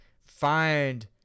Find